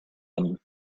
him